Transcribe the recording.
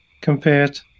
compared